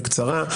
ובקצרה.